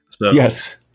Yes